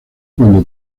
cuando